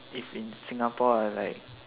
if in Singapore I like